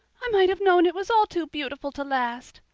i might have known it was all too beautiful to last.